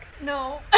no